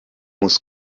muss